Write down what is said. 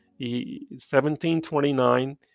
1729